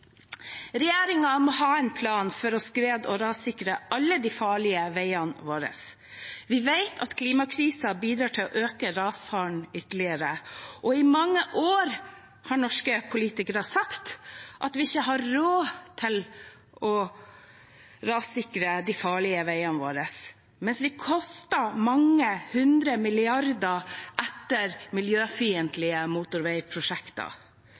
rassikre alle de farlige veiene våre. Vi vet at klimakrisen bidrar til å øke rasfaren ytterligere. I mange år har norske politikere sagt at vi ikke har råd til å rassikre de farlige veiene våre, mens vi kaster mange hundre milliarder etter miljøfiendtlige motorveiprosjekter.